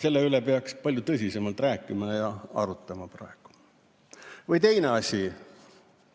Selle üle peaks palju tõsisemalt rääkima ja seda arutama praegu. Või teine asi: